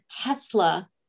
tesla